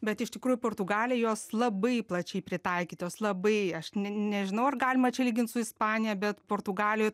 bet iš tikrųjų portugalijoj labai plačiai pritaikytos labai aš nežinau ar galima čia lygint su ispanija bet portugalijoj